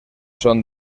són